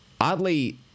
oddly